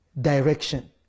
direction